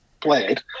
played